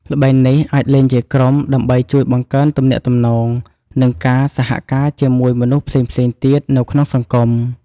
ល្បែងនេះ អាចលេងជាក្រុម ដើម្បីជួយបង្កើនទំនាក់ទំនង និងការសហការជាមួយមនុស្សផ្សេងៗទៀតនៅក្នុងសង្គម។